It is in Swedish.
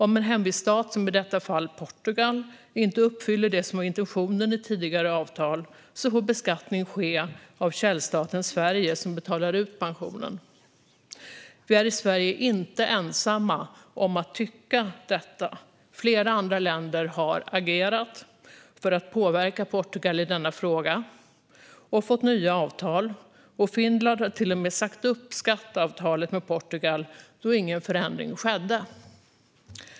Om en hemviststat, i detta fall Portugal, inte uppfyller det som var intentionen med tidigare avtal får beskattning ske av källstaten Sverige, som betalar ut pensionen. Sverige är inte ensamt om att tycka detta. Flera andra länder har agerat för att påverka Portugal i denna fråga och fått nya avtal. Finland har till och med sagt upp skatteavtalet med Portugal, då ingen förändring skedde.